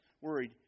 worried